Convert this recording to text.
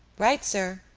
right, sir,